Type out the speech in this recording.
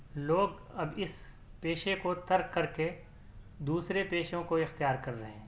لوگ اب اس پیشے کو ترک کر کے دوسرے پیشوں کو اختیار کر رہے ہیں